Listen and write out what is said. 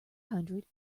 hundred